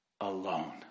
alone